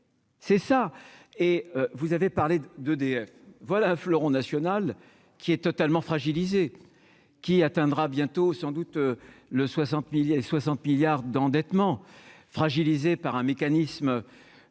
c'est ça et vous avez parlé d'EDF voilà un fleuron national qui est totalement fragilisé qui atteindra bientôt sans doute le 60000 et 60 milliards d'endettement fragilisé par un mécanisme,